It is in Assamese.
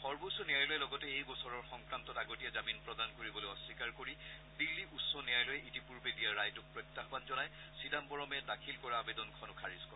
সৰ্বোচ্চ ন্যায়ালয়ে লগতে এই গোচৰৰ সংক্ৰান্তত আগতীয়া জামিন প্ৰদান কৰিবলৈ অস্বীকাৰ কৰি দিল্লী উচ্চ ন্যায়ালয়ে ইতিপূৰ্বে দিয়া ৰায়টোক প্ৰত্যাহ্বান জনাই চিদাম্বৰমে দাখিল কৰা আবেদনখনো খাৰিজ কৰে